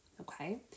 okay